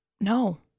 No